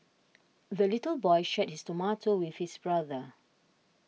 the little boy shared his tomato with his brother